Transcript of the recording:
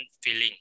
feeling